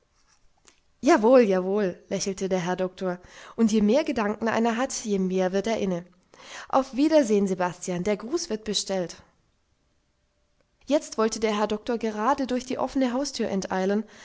jawohl jawohl lächelte der herr doktor und je mehr gedanken einer hat je mehr wird er inne auf wiedersehen sebastian der gruß wird bestellt jetzt wollte der herr doktor gerade durch die offene haustür enteilen